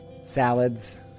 salads